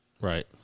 Right